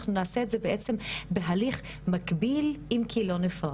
אנחנו נעשה את זה בעצם בהליך מקביל אם כי לא נפרד,